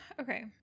Okay